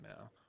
now